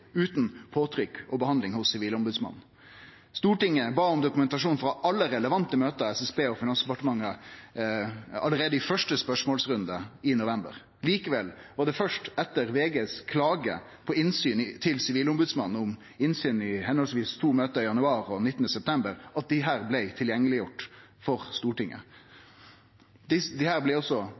utan påtrykk og behandling hos Sivilombodsmannen. Stortinget bad om dokumentasjon frå alle relevante møte mellom SSB og Finansdepartementet allereie i første spørsmålsrunde i november. Likevel var det først etter klage frå VG til Sivilombodsmannen på innsyn i høvesvis to møte i januar og den 19. september at desse blei gjort tilgjengelege for Stortinget. Desse blei i tillegg unntatt offentlegheit. For det